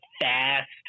fast